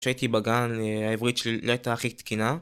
כשהייתי בגן העברית שלי לא הייתה הכי תקינה